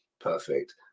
perfect